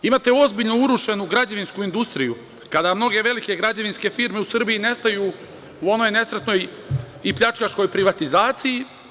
Imate ozbiljno urušenu građevinsku industriju kada mnoge velike građevinske firme u Srbiji nestaju u onoj nesretnoj i pljačkaškoj privatizaciji.